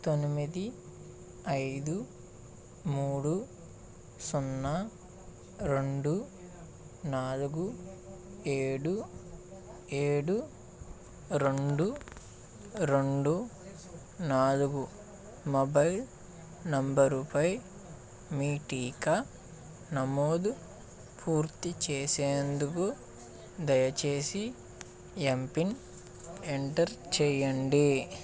తొమ్మిది ఐదు మూడు సున్నా రెండు నాలుగు ఏడు ఏడు రెండు రెండు నాలుగు మొబైల్ నెంబరుపై మీ టీకా నమోదు పూర్తి చేసేందుకు దయచేసి ఎమ్పిన్ ఎంటర్ చేయండి